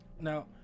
now